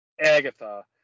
Agatha